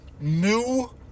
New